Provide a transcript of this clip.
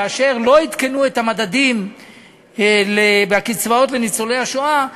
כאשר לא עדכנו את המדדים והקצבאות לניצולי השואה,